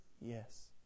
yes